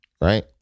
Right